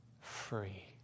free